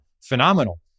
phenomenal